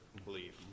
believe